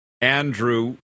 Andrew